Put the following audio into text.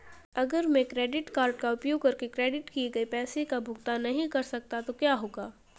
अगर मैं credit card का उपयोग करके क्रेडिट किए गए पैसे का भुगतान नहीं कर सकता तो क्या होगा?